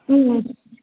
ம் ம்